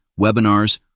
webinars